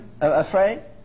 afraid